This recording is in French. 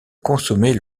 consommer